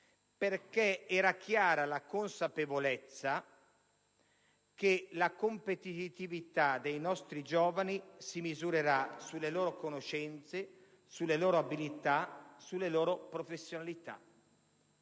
nei saperi, nella consapevolezza che la competitività dei nostri giovani si misurerà sulle loro conoscenze, sulle loro abilità e sulle loro professionalità.